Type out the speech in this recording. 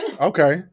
Okay